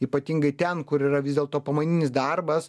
ypatingai ten kur yra vis dėlto pamaininis darbas